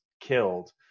killed